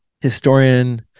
historian